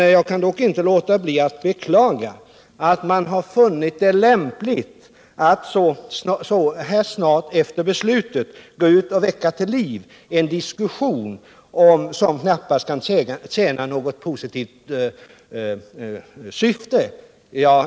Dock kan jag inte låta bli att beklaga att man har funnit det lämpligt att så snart efter beslutet gå ut och väcka till liv en diskussion som knappast kan tjäna något positivt syfte.